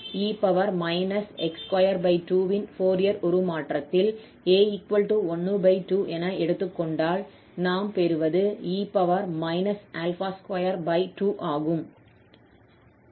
e x22 இன் Fourier உருமாற்றத்தில் a 12 என எடுத்துக்கொண்டால் நாம் பெறுவது e ∝22ஆகும்